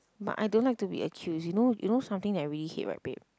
but I don't like to be accused you know you know something that I really hate right babe